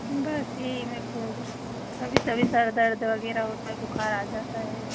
बस यही मुझको कभी कभी सर दर्द वगैराह होता है बुखार आ जाता है